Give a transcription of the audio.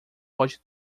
pode